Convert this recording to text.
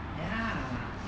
ya